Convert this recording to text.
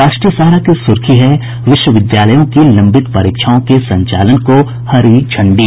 राष्ट्रीय सहारा की सुर्खी है विश्वविद्यालयों की लंबित परीक्षाओं के संचालन को हरी झंडी